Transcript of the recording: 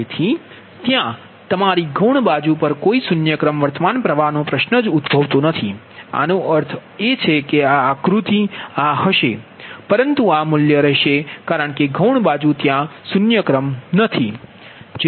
તેથી ત્યાં તમારી ગૌણ બાજુ પર કોઇ શૂન્ય ક્રમ વર્તમાન પ્રવાહ પ્રશ્ન નથી આનો અર્થ એ કે આ આકૃતિ આ હશે પરંતુ આ ખુલ્લું રહેશે કારણ કે ગૌણ બાજુ ત્યાં કોઈ શૂન્ય ક્રમ નથી જેથી કોઇ પ્ર્વાહ વહેતો નથી